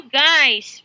guys